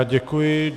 Děkuji.